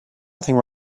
nothing